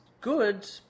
good